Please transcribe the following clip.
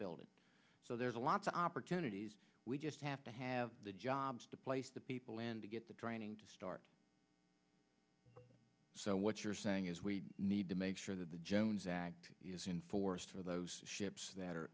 building so there's a lot of opportunities we just have to have the jobs to place the people and to get the draining to start so what you're saying is we need to make sure that the jones act in force for those ships that are